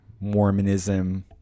Mormonism